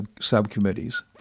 subcommittees